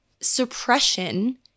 suppression